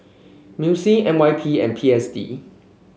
MUIS N Y P and P S D